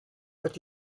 but